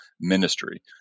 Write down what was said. ministry